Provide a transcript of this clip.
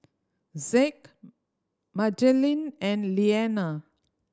Zeke Madelene and Leaner